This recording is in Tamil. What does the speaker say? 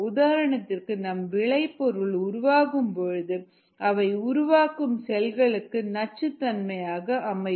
உதாரணத்திற்கு நம் விளைபொருள் உருவாகும் பொழுது அவை உருவாக்கும் செல்களுக்கு நச்சு தன்மையாக அமையும்